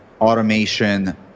automation